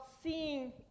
seeing